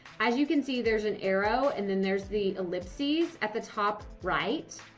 as you can see, there's an arrow. and then, there's the ellipses at the top. right,